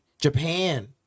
Japan